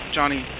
Johnny